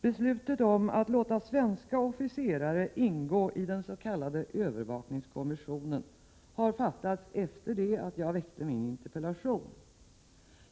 Beslutet om att låta svenska officerare ingå i den s.k. övervakningskommissionen har fattats efter det att jag väckte min interpellation.